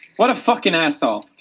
what a fucking asshole,